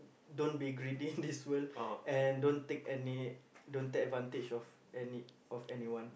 don't be greedy in this world and don't take any don't take advantage of any of anyone